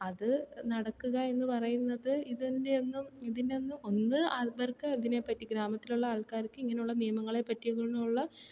അത് നടക്കുക എന്ന് പറയുന്നത് ഇതിൻ്റെ ഒന്നും ഇതിൻ്റെയൊന്നും ഒന്ന് ആൾക്കാർക്ക് അതിനെപ്പറ്റി ഗ്രാമത്തിലുള്ള ആൾക്കാർക്ക് ഇങ്ങനെയുള്ള നിയമങ്ങളെപ്പറ്റിയെന്നും ഉള്ള